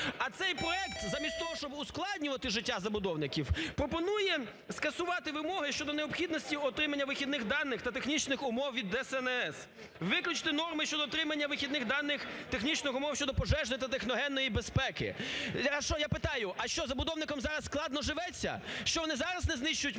А цей проект замість того, щоб ускладнювати життя забудовників, пропонує скасувати вимоги щодо необхідності отримання вихідних даних та технічних умов від ДСНС, виключити норми щодо отримання вихідних даних технічних умов щодо пожежної та техногенної безпеки. Я питаю. А що, забудовникам зараз складно живеться? Що, вони зараз не знищують міста?